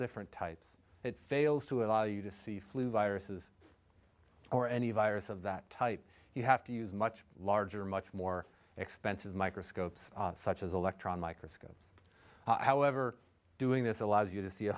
different types it fails to allow you to see flu viruses or any virus of that type you have to use much larger much more expensive microscopes such as electron microscope however doing this allows you to see a